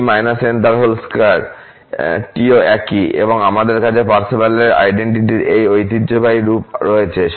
2 টিও একই এবং আমাদের কাছে পারসেভালের আইডেন্টিটি এর এই ঐতিহ্যবাহী রূপ রয়েছে